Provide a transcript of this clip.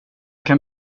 kan